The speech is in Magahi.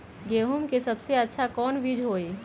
गेंहू के सबसे अच्छा कौन बीज होई?